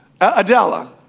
Adela